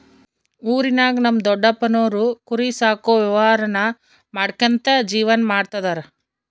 ಊರಿನಾಗ ನಮ್ ದೊಡಪ್ಪನೋರು ಕುರಿ ಸಾಕೋ ವ್ಯವಹಾರ ಮಾಡ್ಕ್ಯಂತ ಜೀವನ ಮಾಡ್ತದರ